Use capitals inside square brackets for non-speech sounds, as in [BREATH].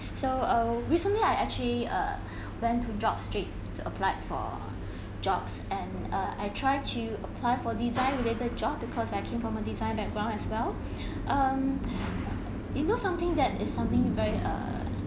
so err recently I actually uh [BREATH] went to jobstreet to apply for [BREATH] jobs and and uh I tred to apply for design-related job because I came from a design background as well [BREATH] um [BREATH] you know something that is something very err